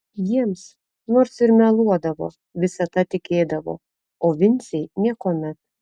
jiems nors ir meluodavo visada tikėdavo o vincei niekuomet